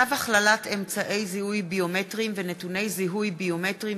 צו הכללת אמצעי זיהוי ביומטריים ונתוני זיהוי ביומטריים